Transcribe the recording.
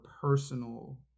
personal